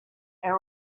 and